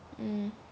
mm